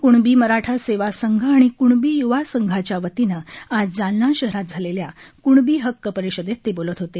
कुणबी मराठा सेवा संघ आणि कुणबी युवा संघाच्या वतीनं आज जालना शहरात झालेल्या कुणबी हक्क परिषदेत ते बोलत होते